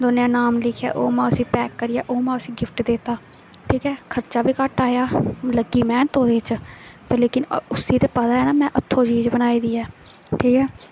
दौनें दा नाम लिखेआ ओह् में उसी पैक करियै ओह में उसी गिफ्ट दित्ता ठीक ऐ खर्चा बी घट्ट आया लग्गी मैह्नत ओह्दे च पर लेकिन उसी ते पता ऐ ना में हत्थों चीज बनाई दी ऐ ठीक ऐ